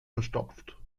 verstopft